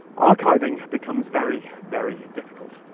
archiving becomes very, very difficult.